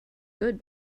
good